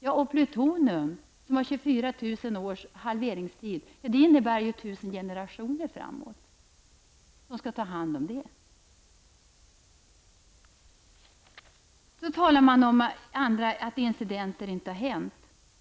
Plutonium har 24 000 års halveringstid -- det innebär 1 000 generationer framåt, som skall ta hand om det. Det talas om att incidenter inte har hänt.